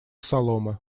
соломы